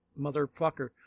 motherfucker